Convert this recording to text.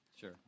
Sure